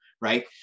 right